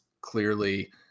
clearly